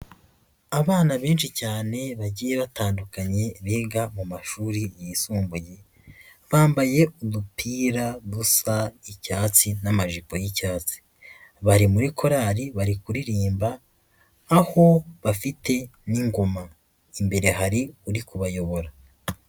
Abana benshi cyane bagiye batandukanye, biga mu mashuri yisumbuye. Bambaye udupira dusa icyatsi n'amajipo y'icyatsi. Bari muri korali, bari kuririmba, aho bafite n'ingoma. Imbere hari uri kubayobora.